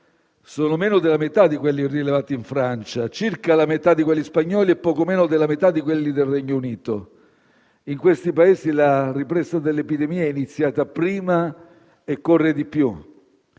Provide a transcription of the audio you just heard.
sono meno della metà di quelli rilevati in Francia, circa la metà di quelli spagnoli e poco meno della metà di quelli del Regno Unito: in questi Paesi la ripresa dell'epidemia è iniziata prima e corre di più.